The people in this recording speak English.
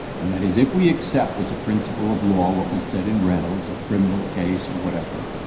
and that is, if we accept as a principle of law what was said in reynolds, a criminal case or whatever,